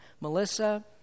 Melissa